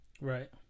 right